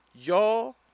y'all